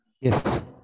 Yes